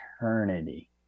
eternity